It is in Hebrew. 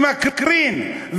שמקרין,